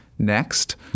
next